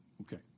Okay